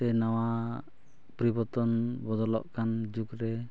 ᱥᱮ ᱱᱟᱣᱟ ᱯᱚᱨᱤᱵᱚᱨᱛᱚᱱ ᱵᱚᱫᱚᱞᱚᱜ ᱠᱟᱱ ᱡᱩᱜᱽ ᱨᱮ